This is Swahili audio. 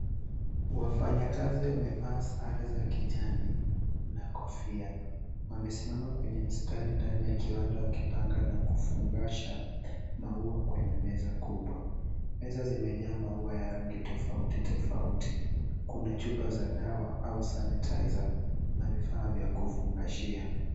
Wafanyakazi wamevaa sare za kijani na kofia. Wamesimama kwenye mstari ndani ya kiwanda wakipanga na kufungasha maua kwenye meza kubwa. Meza zimejaa maua ya rangi tofauti tofauti. Kuna chupa za dawa au sanitizer na vifaa vya kufungashia.